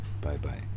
Bye-bye